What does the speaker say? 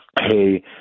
hey